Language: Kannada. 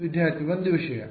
ವಿದ್ಯಾರ್ಥಿ ಒಂದು ವಿಷಯ